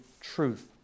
truth